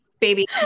baby